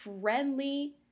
friendly